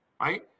right